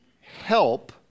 help